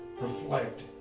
Reflect